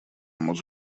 moc